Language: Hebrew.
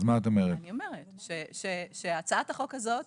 אני אומרת שהצעת החוק הזאת